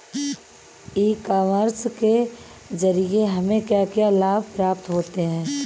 ई commerce के ज़रिए हमें क्या क्या लाभ प्राप्त होता है?